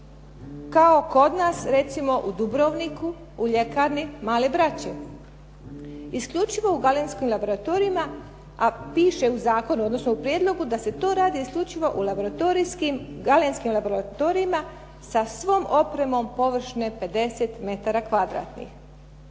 kao kod nas recimo u Dubrovniku u ljekarni …/Govornica se ne razumije./… isključivo i galenskim laboratorijima a piše u zakonu odnosno u prijedlogu da se to radi isključivo u laboratorijskim, galenskim laboratorijima sa svom opremom površine 50 metara kvadratnih.